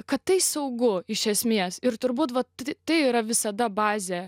kad tai saugu iš esmės ir turbūt vat tai yra visada bazė